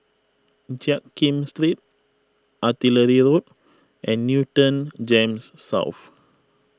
Jiak Kim Street Artillery Road and Newton Gems South